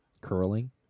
Curling